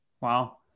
wow